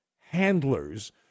handlers